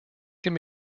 can